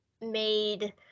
made